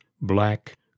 black